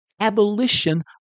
abolition